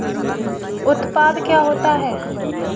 उत्पाद क्या होता है?